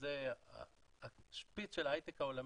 שזה השפיץ של ההייטק העולמי,